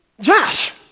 Josh